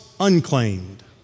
unclaimed